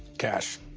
cash.